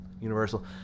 Universal